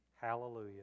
hallelujah